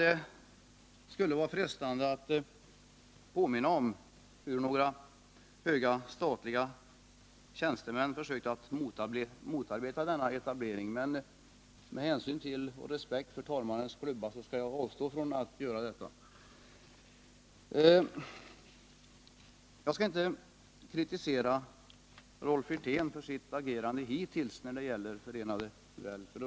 Det skulle vara frestande att påminna om hur några högt uppsatta statliga tjänstemän försökt motarbeta denna etablering, men av respekt för talmannens klubba skall jag avstå från att göra detta. Jag skall inte kritisera Rolf Wirtén för hans agerande hittills när det gäller Förenade Well.